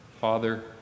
Father